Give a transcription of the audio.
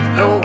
no